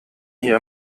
hier